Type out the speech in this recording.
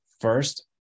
first